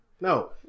No